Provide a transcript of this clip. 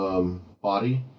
body